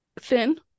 thin